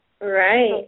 Right